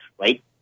right